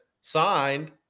signed